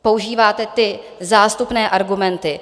Používáte zástupné argumenty.